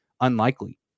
unlikely